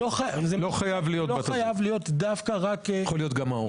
חובתנו הציבורית לאותם אנשים במקרים הקשים ביותר.